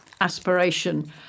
aspiration